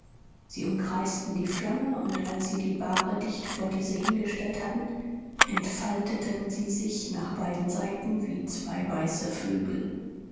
sie umkreisten die flamme und als sie die bahre dicht vor diese hingestellt hatten entfalteten sie sich nach beiden seiten wie zwei weiße flügel